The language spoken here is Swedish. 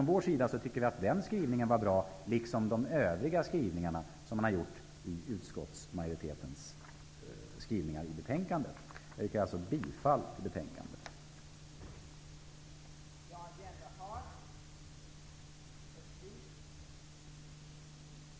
Vi tycker att den liksom utskottsmajoritetens övriga skrivningar i betänkandet är bra. Jag yrkar alltså bifall till utskottets hemställan.